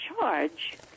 charge